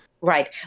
Right